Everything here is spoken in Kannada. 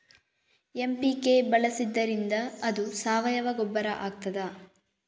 ಎಂ.ಪಿ.ಕೆ ಬಳಸಿದ್ದರಿಂದ ಅದು ಸಾವಯವ ಗೊಬ್ಬರ ಆಗ್ತದ?